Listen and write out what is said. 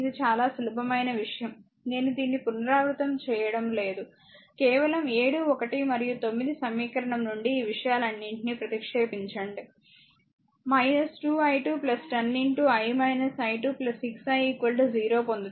ఇది చాలా సులభమైన విషయం నేను దీన్ని పునరావృతం చేయటం లేదు కేవలం 7 1 మరియు 9 సమీకరణం నుండి ఈ విషయాలన్నింటినీ ప్రతిక్షేపించండి 2 i2 10 6 i 0 పొందుతారు